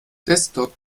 desktop